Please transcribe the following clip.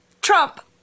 Trump